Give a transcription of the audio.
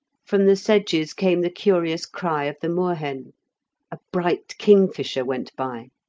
from the sedges came the curious cry of the moorhen a bright kingfisher went by.